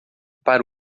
para